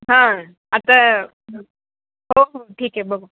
हां आता हो हो ठीक आहे बघू